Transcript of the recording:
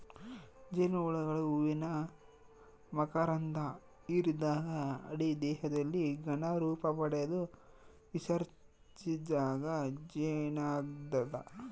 ಜೇನುಹುಳುಗಳು ಹೂವಿನ ಮಕರಂಧ ಹಿರಿದಾಗ ಅಡಿ ದೇಹದಲ್ಲಿ ಘನ ರೂಪಪಡೆದು ವಿಸರ್ಜಿಸಿದಾಗ ಜೇನಾಗ್ತದ